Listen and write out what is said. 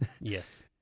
Yes